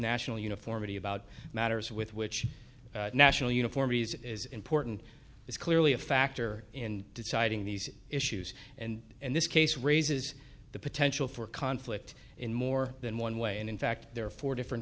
national uniformity about matters with which national uniform reason is important is clearly a factor in deciding these issues and in this case raises the potential for conflict in more than one way and in fact there are four different